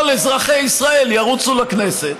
כל אזרחי המדינה ירוצו לכנסת